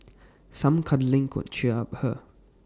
some cuddling could cheer her up